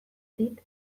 dit